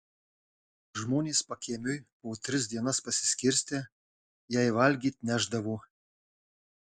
žmonės pakiemiui po tris dienas pasiskirstę jai valgyt nešdavo